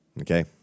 okay